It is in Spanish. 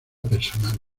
personal